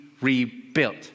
rebuilt